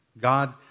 God